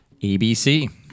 ABC